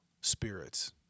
spirits